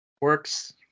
Works